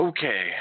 Okay